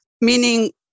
meaning